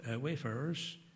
wayfarers